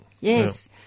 Yes